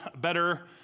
Better